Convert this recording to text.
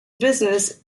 business